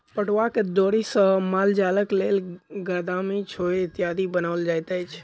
पटुआक डोरी सॅ मालजालक लेल गरदामी, छोड़ इत्यादि बनाओल जाइत अछि